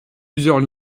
plusieurs